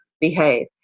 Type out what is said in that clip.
behave